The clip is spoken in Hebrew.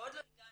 ועוד לא הגענו,